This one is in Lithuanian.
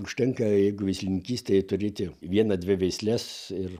užtenka jeigu veislininkystėje turėti vieną dvi veisles ir